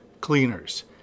cleaners